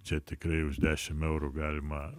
čia tikrai už dešim eurų galima